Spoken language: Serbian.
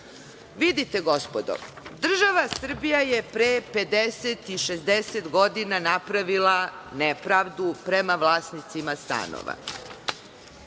Vidite gospodo, država Srbija je pre 50, 60 godina napravila nepravdu prema vlasnicima stanova.